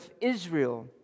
Israel